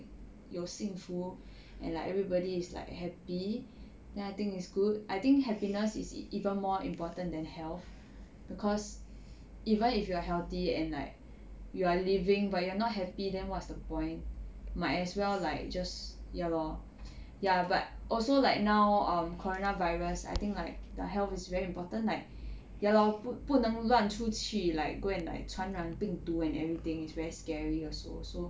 有幸福 and like everybody is like happy then I think it's good I think happiness is even more important than health cause even if you are healthy and like you are living but you're not happy then what's the point might as well like just ya lor ya but also like now um corona virus I think like the health is very important like ya lor put 不能乱出去 like go and like 传染病毒 and everything is very scary also so